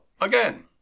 again